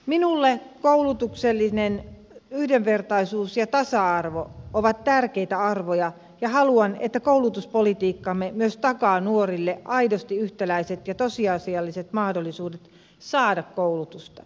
minulle koulutuksellinen yhdenvertaisuus ja tasa arvo ovat tärkeitä arvoja ja haluan että koulutuspolitiikkamme myös takaa nuorille aidosti yhtäläiset ja tosiasialliset mahdollisuudet saada koulutusta